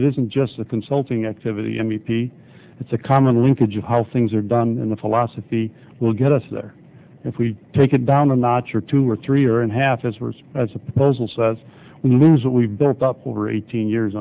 it isn't just a consulting activity m e p it's a common linkage of how things are done in the philosophy will get us there if we take it down a notch or two or three or and half as worse as a proposal says in the news that we've built up over eighteen years